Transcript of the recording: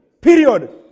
Period